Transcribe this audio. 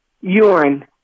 urine